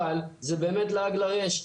אבל זה באמת לעג לרש.